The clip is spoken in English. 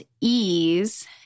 ease